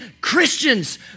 Christians